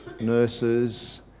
nurses